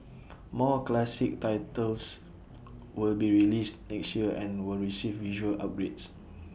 more classic titles will be released next year and will receive visual upgrades